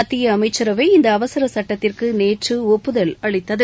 மத்திய அமைச்சரவை இந்த அவசர சுட்டத்திற்கு நேற்று ஒப்புதல் அளித்துள்ளது